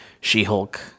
She-Hulk